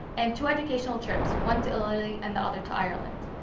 and two educational trips, one to italy and the other to ireland.